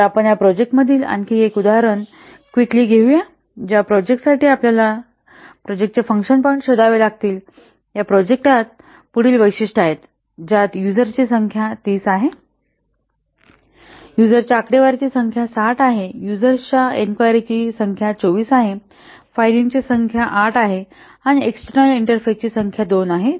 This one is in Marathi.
तर आपण या प्रोजेक्टातील आणखी एक उदाहरण क्विकली घेऊ या ज्या प्रोजेक्टासाठी आपल्याला त्या प्रोजेक्टाचे फंक्शन पॉईंट शोधावे लागतील या प्रोजेक्टात पुढील वैशिष्ट्ये आहेत ज्यात यूजर ची संख्या 30 आहे यूजरच्या आकडेवारीची संख्या 60 आहे यूजरच्या एन्क्वायरीची ची संख्या 24 आहे फायलींची संख्या 8 आहे आणि एक्सटर्नल इंटरफेसची संख्या 2 आहे